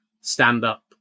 stand-up